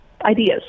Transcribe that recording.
Ideas